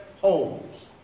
homes